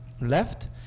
left